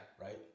Right